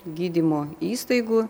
gydymo įstaigų